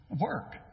work